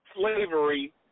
slavery